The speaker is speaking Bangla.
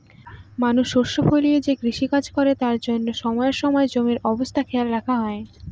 মানুষ শস্য ফলিয়ে যে কৃষিকাজ করে তার জন্য সময়ে সময়ে জমির অবস্থা খেয়াল রাখা হয়